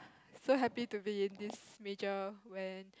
so happy to be in this major when